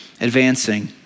advancing